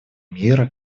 мира